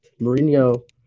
Mourinho